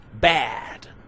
bad